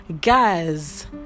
guys